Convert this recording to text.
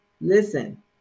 Listen